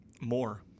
more